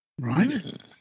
right